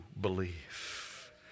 Believe